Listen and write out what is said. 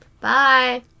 Bye